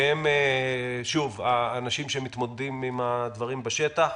שהם האנשים שמתמודדים עם הדברים בשטח.